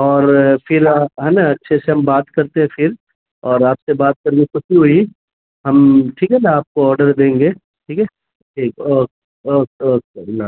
اور پھر آپ ہے نا اچھے سے ہم بات کرتے ہیں پھر اور آپ سے بات کر کے خوشی ہوئی ہم ٹھیک ہے نا آپ کو آڈر دیں گے ٹھیک ہے ٹھیک اوکے اوکے اوکے اللہ